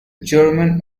german